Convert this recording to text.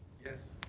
yes.